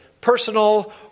personal